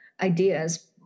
ideas